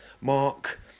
Mark